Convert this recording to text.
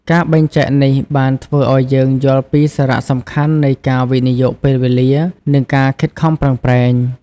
ការបែងចែកនេះ បានធ្វើឲ្យយើងយល់ពីសារៈសំខាន់នៃការវិនិយោគពេលវេលា និងការខិតខំប្រឹងប្រែង។